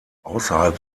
außerhalb